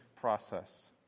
process